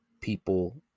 people